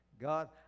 God